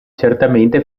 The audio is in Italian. certamente